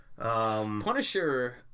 Punisher